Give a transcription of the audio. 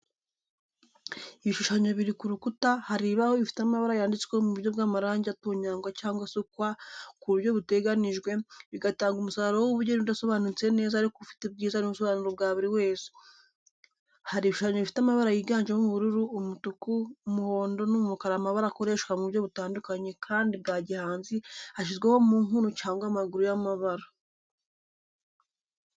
Ibishushanyo biri ku rukuta, hari ibibaho bifite amabara yanditsweho mu buryo bw'amarangi atonyangwa cyangwa asukwa ku buryo buteganijwe, bigatanga umusaruro w’ubugeni udasobanutse neza ariko ufite ubwiza n’ubusobanuro bwa buri wese. Hari ibishushanyo bifite amabara yiganjemo ubururu, umutuku, umuhondo, n’umukara, amabara akoreshwa mu buryo butandukanye kandi bwa gihanzi ashyizweho mu nkondo cyangwa amaguru y’amabara.